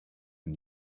and